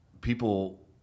people